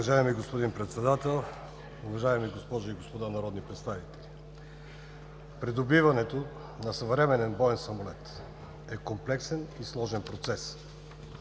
Уважаеми господин Председател, уважаеми госпожи и господа народни представители! Придобиването на съвременен боен самолет е комплексен и сложен процес,